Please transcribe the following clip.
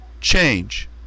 change